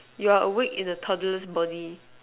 you're awake in a toddler's body